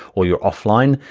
or you're offline,